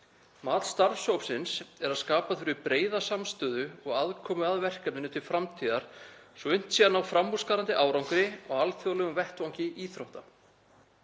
Mat starfshópsins er að skapa þurfi breiða samstöðu og aðkomu að verkefninu til framtíðar svo að unnt sé að ná framúrskarandi árangri á alþjóðlegum vettvangi íþrótta.